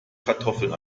kartoffeln